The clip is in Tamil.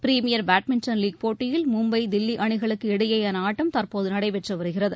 பிரிமியர் பேட்மிண்டன் லீக் போட்டியில் மும்பை தில்லிஅணிகளுக்கு இடையேயானஆட்டம் தற்போதுநடைபெற்றுவருகிறது